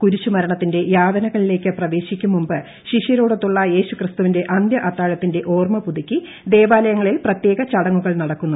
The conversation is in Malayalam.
കുരിശുമരണത്തിന്റെ യാതനകളിലേക്ക് പ്രവേശിക്കും മുമ്പ് ശിഷ്യരോടൊത്തുള്ള യേശുക്രിസ്തുവിന്റെ അന്ത്യ അത്താഴത്തിന്റെ ഓർമ്മ പുതുക്കി ദേവാലയങ്ങളിൽ പ്രത്യേക ചടങ്ങുകൾ നടക്കുന്നു